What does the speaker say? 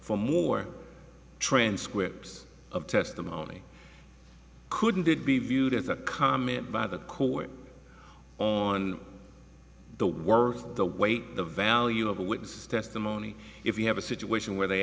for more transcripts of testimony couldn't it be viewed as a comment by the court on the worth the wait the value of a witness testimony if you have a situation where they